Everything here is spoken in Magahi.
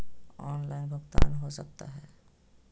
ऑनलाइन भुगतान हो सकता है?